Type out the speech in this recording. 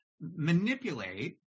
manipulate